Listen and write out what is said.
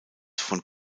von